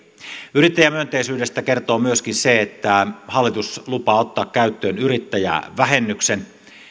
yrittäjämyönteisyydestä kertoo myöskin se että hallitus lupaa ottaa käyttöön yrittäjävähennyksen